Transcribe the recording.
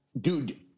dude –